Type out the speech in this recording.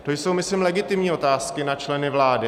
To jsou, myslím, legitimní otázky na členy vlády.